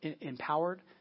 empowered